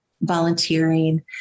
volunteering